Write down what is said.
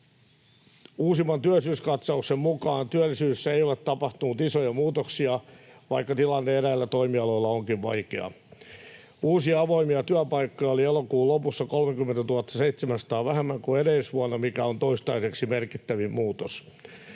Uusimman työllisyyskatsauksen mukaan työllisyydessä ei ole tapahtunut isoja muutoksia, vaikka tilanne eräillä toimialoilla onkin vaikea. Uusia avoimia työpaikkoja oli elokuun lopussa 30 700 vähemmän kuin edellisvuonna, mikä on toistaiseksi merkittävin muutos.